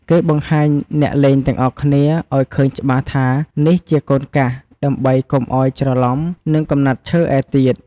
គេបង្ហាញអ្នកលេងទាំងអស់គ្នាឲ្យឃើញច្បាស់ថា នេះជា "កូនកាស" ដើម្បីកុំឲ្យច្រឡំនឹងកំណាត់ឈើឯទៀត។